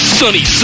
sunny